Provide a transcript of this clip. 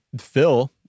Phil